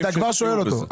אתה כבר שואל אותו.